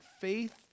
faith